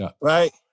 right